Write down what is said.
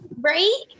Right